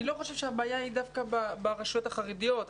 אני לא חושב שהבעיה היא דווקא ברשויות החרדיות.